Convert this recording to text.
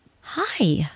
Hi